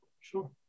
Sure